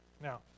Now